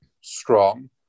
strong